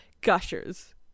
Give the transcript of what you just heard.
gushers